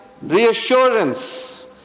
reassurance